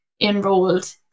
enrolled